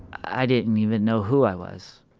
i didn't even know who i was.